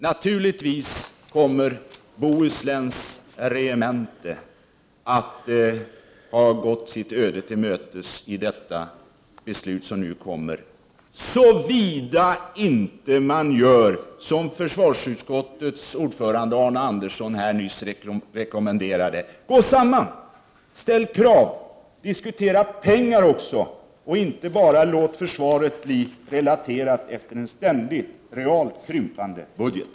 Naturligtvis kommer Bohusläns regemente att ha gått sitt öde till mötes i det beslut som nu kommer, såvida man inte gör som försvarsutskottets ordförande Arne Andersson här nyss rekommenderade: Gå samman! Ställ krav! Diskutera pengar också och låt försvaret inte bara bli relaterat efter en ständigt reellt krympande budget!